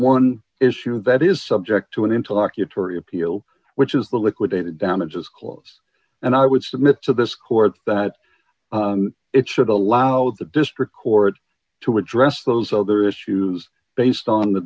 one issue that is subject to an interlocutory appeal which is the liquidated damages clause and i would submit to this court that it should allow the district court to address those other issues based on the